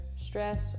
stress